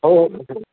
हो हो